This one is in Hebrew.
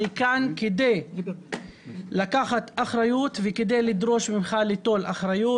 אני כאן כדי לקחת אחריות וכדי לדרוש ממך ליטול אחריות,